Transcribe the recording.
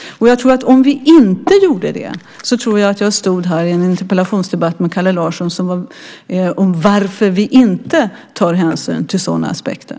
Om vi inte gjorde det tror jag att jag skulle stå här i en interpellationsdebatt med Kalle Larsson om varför vi inte tar hänsyn till sådana aspekter.